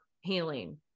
healing